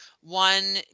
One